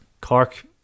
Cork